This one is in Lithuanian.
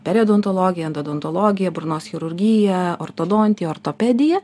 periodontologija odontologija burnos chirurgija ortodontija ortopedija